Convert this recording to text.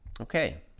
Okay